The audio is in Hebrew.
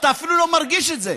אתה אפילו לא מרגיש את זה.